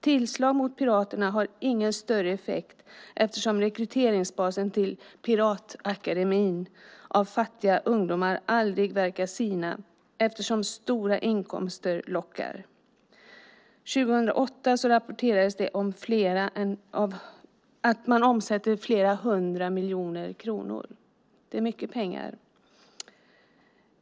Tillslag mot piraterna har ingen större effekt eftersom rekryteringsbasen till piratakademin av fattiga ungdomar aldrig verkar sina då stora inkomster lockar. År 2008 rapporterades det att man omsätter flera hundra miljoner kronor. Det är mycket pengar.